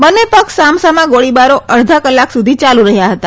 બંને પક્ષ સામસામા ગોળીબારો અડધો કલાક સુધી ચાલુ રહ્યા હતા